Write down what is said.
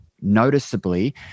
noticeably